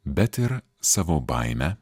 bet ir savo baimę